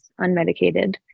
unmedicated